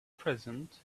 present